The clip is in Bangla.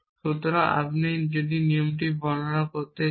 সুতরাং আপনি যদি এই নিয়মটি বর্ণনা করতে চান